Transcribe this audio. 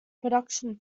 production